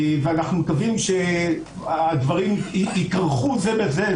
ומקווים שהדברים ייכרכו זה בזה,